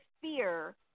fear